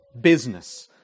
business